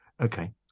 okay